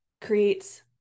creates